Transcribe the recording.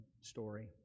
story